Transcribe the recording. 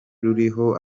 ruriho